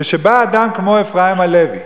כשבא אדם כמו אפרים הלוי,